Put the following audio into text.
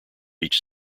each